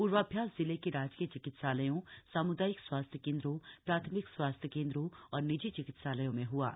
पूर्वाभ्यास जिले के राजकीय चिकित्सालयों सामूदायिक स्वास्थ्य केन्द्रों प्राथमिक स्वास्थ्य केन्द्रों और निजी चिकित्सालय में है